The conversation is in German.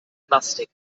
plastik